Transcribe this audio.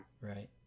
right